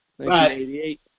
1988